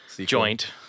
joint